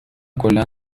کلا